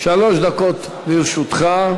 שלוש דקות לרשותך.